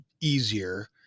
easier